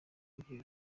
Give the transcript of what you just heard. n’igihe